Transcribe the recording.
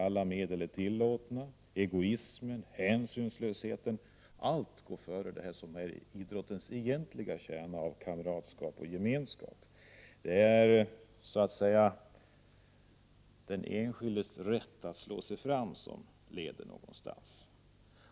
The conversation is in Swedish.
Alla medel är tillåtna. Snabba klipp, egoism och hänsynslöshet — allt går före idrottsrörelsens egentliga kärna av kamratskap och gemenskap. Det är den enskildes rätt att slå sig fram som värnas.